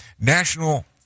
National